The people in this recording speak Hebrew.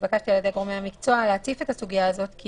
ונתבקשתי על-ידי גורמי המקצוע להציף את הסוגיה הזו כי